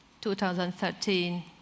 2013